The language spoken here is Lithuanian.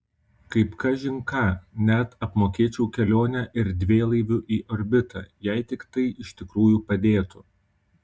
kaip kažin ką net apmokėčiau kelionę erdvėlaiviu į orbitą jei tik tai iš tikrųjų padėtų